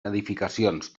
edificacions